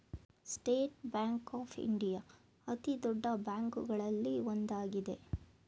state Bank of India ಅತಿದೊಡ್ಡ ಬ್ಯಾಂಕುಗಳಲ್ಲಿ ಒಂದಾಗಿದೆ